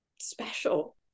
special